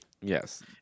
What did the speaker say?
Yes